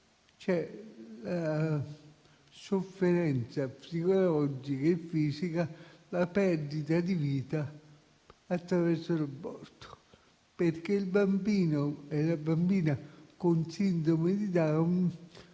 c'è la sofferenza psicologica e fisica della perdita di vita attraverso l'aborto, perché il bambino o la bambina con sindrome di Down,